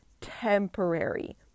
temporary